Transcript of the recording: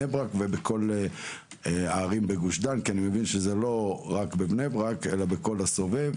ברק ובכל הערים בגוש דן זה לא רק בבני ברק אלא בכל הסובב,